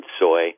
soy